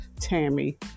Tammy